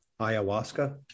ayahuasca